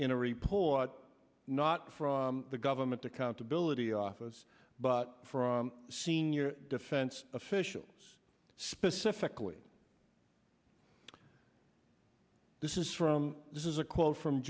out not from the government accountability office but from senior defense officials specifically this is from this is a quote from